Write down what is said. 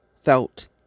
felt